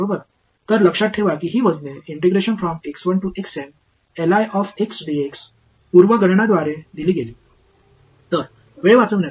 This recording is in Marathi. तर लक्षात ठेवा की ही वजने पूर्व गणनाद्वारे दिली गेली तर वेळ वाचविण्यासाठी